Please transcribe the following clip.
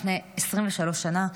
לפני 23 שנה,